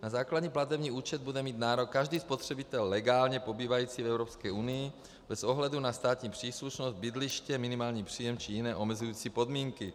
Na základní platební účet bude mít nárok každý spotřebitel legálně pobývající v Evropské unii bez ohledu na státní příslušnost, bydliště, minimální příjem či jiné omezující podmínky.